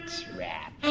trap